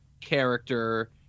character